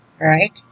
Right